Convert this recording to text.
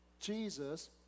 Jesus